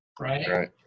Right